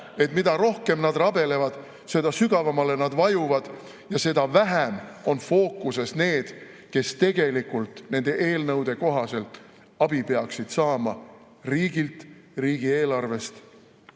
et mida rohkem nad rabelevad, seda sügavamale nad vajuvad ja seda vähem on fookuses need, kes tegelikult nende eelnõude kohaselt abi peaksid saama riigilt, riigieelarvest